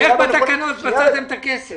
בתקנות איפה מצאתם את הכסף?